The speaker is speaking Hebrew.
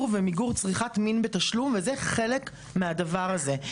ומיגור צריכת מין בתשלום וזה חלק מהדבר הזה,